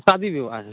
शादी विवाह है